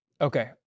Okay